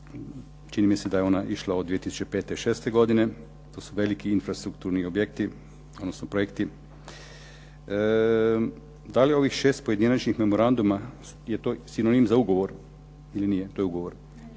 čini mi se da je ona išla od 2005., šeste godine. To su veliki infrastrukturni objekti, odnosno projekti. Da li ovih 6 pojedinačnih memoranduma je to sinonim za ugovor ili nije? To je ugovor.